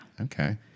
Okay